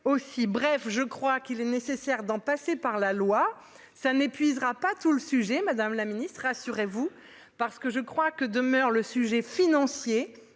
bref. Je crois qu'il est nécessaire d'en passer par la loi, ça n'épuisera pas tout le sujet Madame la Ministre assurez-vous parce que je crois que demeure le sujet financier